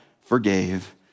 forgave